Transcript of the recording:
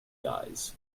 guys